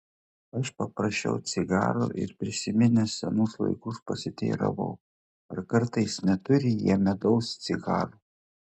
aš paprašiau cigaro ir prisiminęs senus laikus pasiteiravau ar kartais neturi jie medaus cigarų